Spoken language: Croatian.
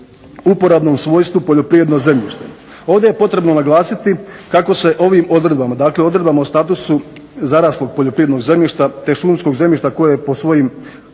uporabnom svojstvu poljoprivredno zemljište. Ovdje je potrebno naglasiti kako se ovim odredbama, dakle odredbama o statusu zaraslog poljoprivrednog zemljišta, te šumskog zemljišta koje je po svojim uporabnom